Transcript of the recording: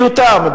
מקצועיותם,